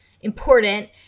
important